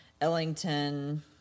Ellington